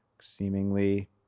seemingly